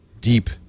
deep